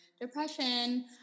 depression